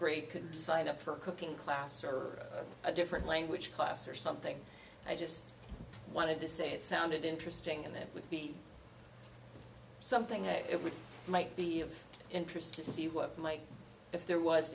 grade could sign up for a cooking class or a different language class or something i just wanted to say it sounded interesting and that would be something it would might be interesting to see what you like if there was